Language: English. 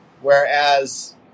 Whereas